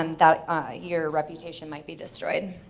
um ah your reputation might be destroyed.